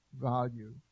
value